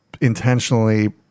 intentionally